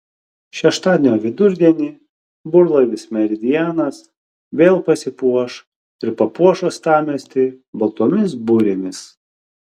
šeštadienio vidurdienį burlaivis meridianas vėl pasipuoš ir papuoš uostamiestį baltomis burėmis